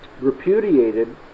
repudiated